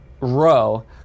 row